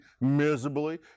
miserably